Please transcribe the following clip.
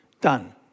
Done